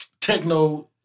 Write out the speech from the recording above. techno